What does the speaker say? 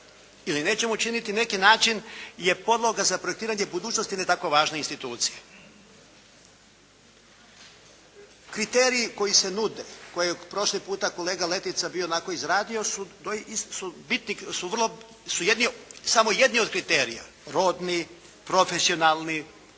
ili nećemo učiniti na neki način je podloga za projektiranje budućnosti jedne tako važne institucije. Kriteriji koji se nudi, koji je prošli puta kolega Letica bio onako izradio su bitni, su vrlo, su samo jedni od kriterija, rodni, profesionalni,